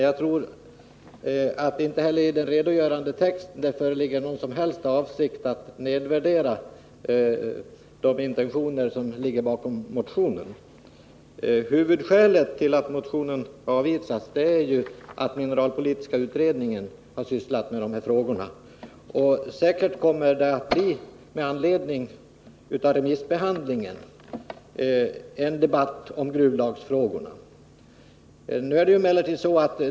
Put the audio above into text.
Jag tror att det inte heller i den redogörande texten kan utläsas någon som helst avsikt att nedvärdera de intentioner som ligger bakom motionen. Huvudskälet till att motionen avstyrktes var ju att den mineralpolitiska utredningen har sysslat med de här frågorna. Säkert kommer det att med anledning av remissbehandlingen bli en debatt om gruvlagsfrågorna.